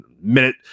minute